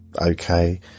okay